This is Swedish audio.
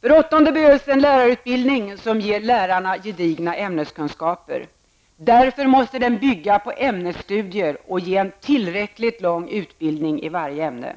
För det åttonde måste vi ha en lärarutbildning som ger lärarna gedigna ämneskunskaper. Därför måste den bygga på ämnesstudier och ge en tillräckligt lång utbildning i varje ämne.